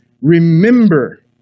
remember